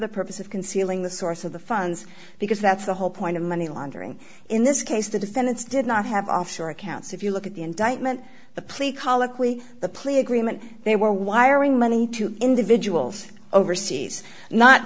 the purpose of concealing the source of the funds because that's the whole point of money laundering in this case the defendants did not have offshore accounts if you look at the indictment the plea colloquy the plea agreement they were wiring money to individuals overseas not